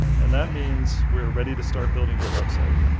and that means we're ready to start building your website.